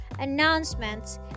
announcements